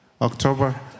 October